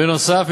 בנוסף,